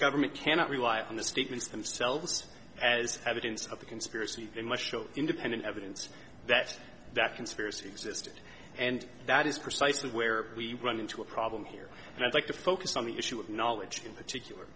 government cannot rely on the statements themselves as evidence of the conspiracy they must show independent evidence that that conspiracy existed and that is precisely where we run into a problem here and i'd like to focus on the issue of knowledge